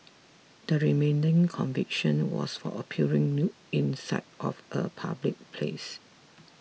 the remaining conviction was for appearing nude in sight of a public place